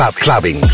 clubbing